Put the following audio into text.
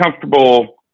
comfortable